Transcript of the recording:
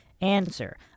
answer